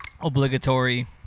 obligatory